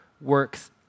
works